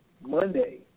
Monday